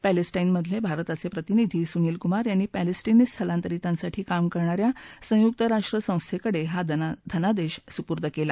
Palestine मधले भारताचे प्रतिनिधी सुनील कुमार यांनी पॅलेस्टिनी स्थलांतरितांसाठी काम करणा या संयुक्त राष्ट्र संस्थेकडे हा धनादेश सुपूर्द केला